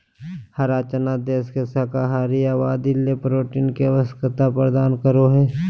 हरा चना देश के शाकाहारी आबादी ले प्रोटीन के आवश्यकता प्रदान करो हइ